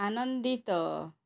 ଆନନ୍ଦିତ